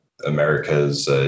America's